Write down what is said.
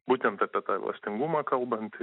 būtent apie tą elastingumą kalbant